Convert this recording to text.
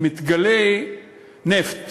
שכשמתגלה נפט